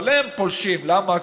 אבל הם פולשים, למה?